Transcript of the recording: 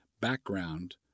background